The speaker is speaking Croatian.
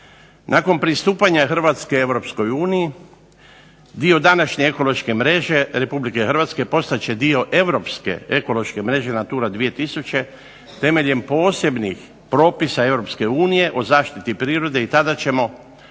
Nakon pristupanja Hrvatske Europskoj uniji dio današnje ekološke mreže Republike Hrvatske postat će dio europske ekološke mreže natura 2000, temeljem posebnih propisa Europske unije o zaštiti prirode, i tada ćemo